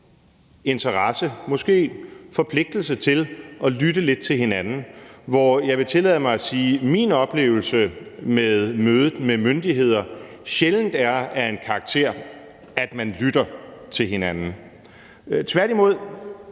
interesse eller måske forpligtelse til at lytte lidt til hinanden, hvor jeg vil tillade mig at sige, at min oplevelse med mødet med myndigheder, sjældent er af den karakter, at man lytter til hinanden. Tværtimod